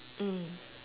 mm